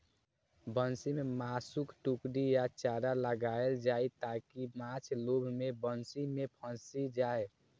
बंसी मे मासुक टुकड़ी या चारा लगाएल जाइ, ताकि माछ लोभ मे बंसी मे फंसि जाए